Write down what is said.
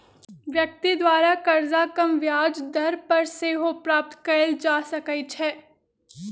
व्यक्ति द्वारा करजा कम ब्याज दर पर सेहो प्राप्त कएल जा सकइ छै